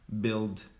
build